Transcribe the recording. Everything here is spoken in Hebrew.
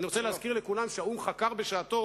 אני רוצה להזכיר לכולם שהאו"ם חקר בשעתו